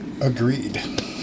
agreed